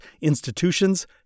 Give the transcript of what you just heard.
institutions